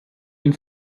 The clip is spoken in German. den